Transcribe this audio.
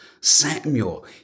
Samuel